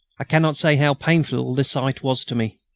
i cannot say how painful the sight was to me.